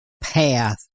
path